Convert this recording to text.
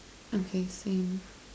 okay same